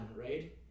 right